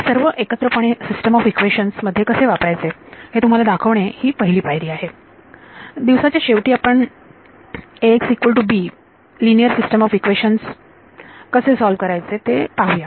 हे सर्व एकत्रपणे सिस्टम ऑफ इक्वेशन्स मध्ये कसे वापरायचे ते तुम्हाला दाखवणे ही पहिली पायरी आहे दिवसाच्या शेवटी आपण लिनिअर सिस्टम ऑफ इक्वेशन्स कसे सॉल्व करायचे ते पाहूया